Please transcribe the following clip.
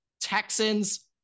Texans